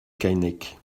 keinec